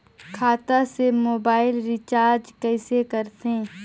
खाता से mobile recharge कइसे करथे